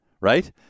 right